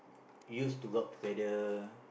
used to go out together